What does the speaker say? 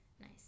Nice